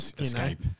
escape